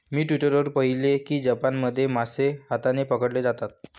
मी Twitter वर पाहिले की जपानमध्ये मासे हाताने पकडले जातात